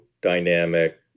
dynamic